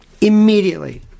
Immediately